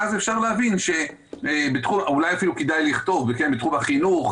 ואולי אפילו כדאי לכתוב: בתחום החינוך,